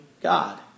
God